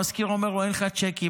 המשכיר אומר לו: אין לך צ'קים,